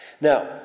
Now